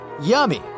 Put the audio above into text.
Yummy